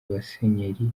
abasenyeri